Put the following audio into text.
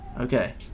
Okay